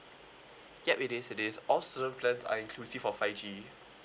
yup it is it is all student plans are inclusive of five G